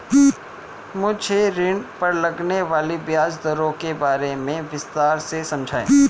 मुझे ऋण पर लगने वाली ब्याज दरों के बारे में विस्तार से समझाएं